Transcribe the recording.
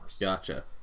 Gotcha